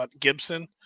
Gibson